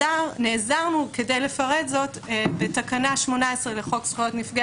נעזרנו כדי לפרט זאת בתקנה 18 לחוק זכויות נפגעי